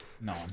no